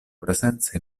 presenza